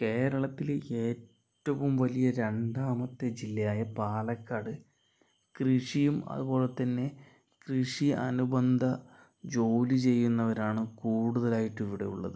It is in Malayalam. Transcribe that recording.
കേരളത്തില് ഏറ്റവും വലിയ രണ്ടാമത്തെ ജില്ലയായ പാലക്കാട് കൃഷിയും അതു പോലെ തന്നെ കൃഷി അനുബന്ധ ജോലി ചെയ്യുന്നവരാണ് കൂടുതലായിട്ട് ഇവിടെ ഉള്ളത്